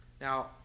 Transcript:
Now